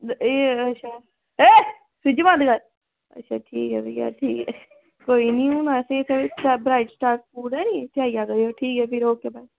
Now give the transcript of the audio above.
अच्छा एह् फ्रिज़ बंद कर अच्छा ठीक ऐ भी ठीक ऐ अच्छठा भी इत्थें ब्राईट स्टार स्कूल ऐ नी इत्थें आई जायो ठीक ऐ भी